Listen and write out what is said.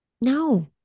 No